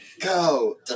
go